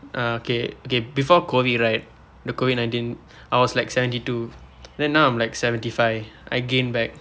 uh okay okay before COVID right the COVID nineteen I was like seventy two then now I'm like seventy five I gained back